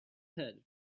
head